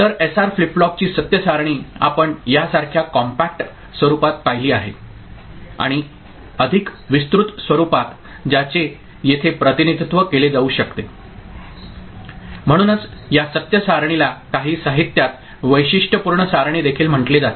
तर SR flip फ्लॉपची सत्य सारणी आपण यासारख्या कॉम्पॅक्ट स्वरूपात पाहिली आहे आणि अधिक विस्तृत स्वरूपात ज्याचे येथे प्रतिनिधित्व केले जाऊ शकते म्हणूनच या सत्य सारणीला काही साहित्यात वैशिष्ट्यपूर्ण सारणी देखील म्हटले जाते